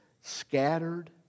scattered